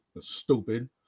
Stupid